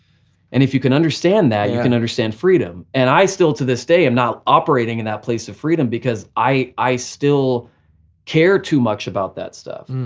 and if you can understand that, you can understand freedom. and i still to this day am not operating in that place of freedom because i i still care too much about that stuff.